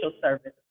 service